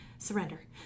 Surrender